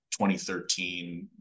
2013